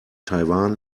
taiwan